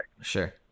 Sure